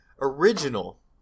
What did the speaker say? original